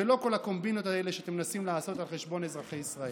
ולא כל הקומבינות האלה שאתם מנסים לעשות על חשבון אזרחי ישראל.